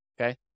okay